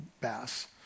bass